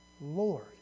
Lord